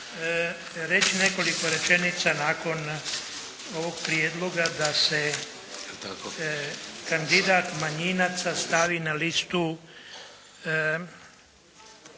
reći nekoliko rečenica nakon ovog prijedloga da se kandidat manjinaca stavi na listu